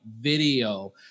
video